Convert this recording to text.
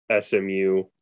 SMU